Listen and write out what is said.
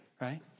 right